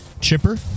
chipper